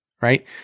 right